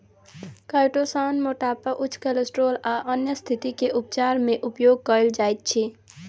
chitosan मोटापा उच्च cholesterol आ अन्य स्तिथि के उपचार मे उपयोग कायल जाइत अछि